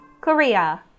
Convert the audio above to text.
Korea